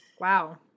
Wow